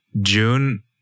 June